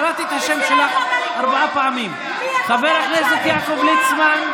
את אומרת שאני צבועה, חבר הכנסת יעקב ליצמן?